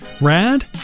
rad